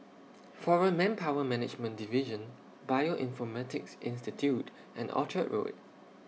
Foreign Manpower Management Division Bioinformatics Institute and Orchard Road